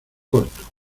corto